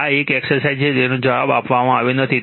આ એક એક્સરસાઇઝ છે તેનો જવાબ આપવામાં આવ્યો નથી